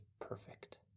perfect